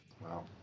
Wow